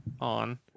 on